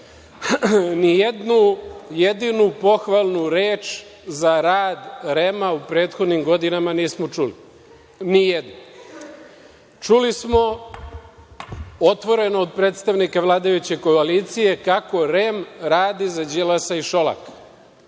jedinu pohvalnu reč za rad REM-a u prethodnim godinama nismo čuli. Ni jednu. Čuli smo otvoreno od predstavnika vladajuće koalicije koliko REM radi za Đilasa i Šolaka.